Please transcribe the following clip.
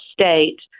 state